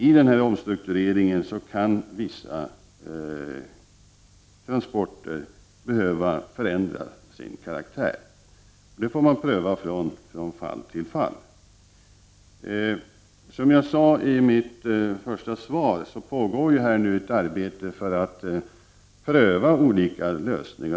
I denna omstrukturering kan vissa transporters karaktär behöva förändras, och det får man pröva från fall till fall. Som jag sade i mitt svar pågår nu ett arbete med att pröva olika lösningar.